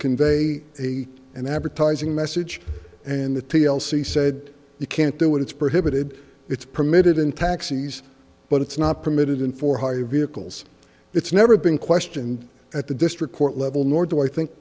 convey a an advertising message and the t l c said you can't do it it's prohibited it's permitted in taxis but it's not permitted in for hire vehicles it's never been questioned at the district court level nor do i think